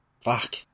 Fuck